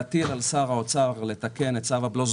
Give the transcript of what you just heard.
להתיר לשר האוצר לתקן את צו הבלו.